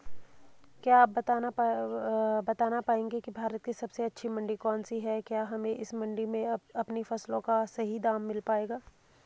क्या आप बताना पाएंगे कि भारत की सबसे अच्छी मंडी कौन सी है क्या हमें इस मंडी में अपनी फसलों का सही दाम मिल पायेगा?